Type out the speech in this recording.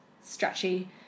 stretchy